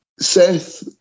Seth